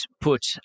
put